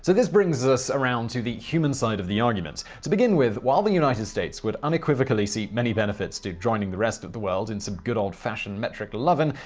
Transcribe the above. this brings us around to the human side of the argument. to begin with, while the united states would unequivocally see many benefits to joining the rest of the world in some good old fashioned metric lovin',